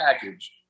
package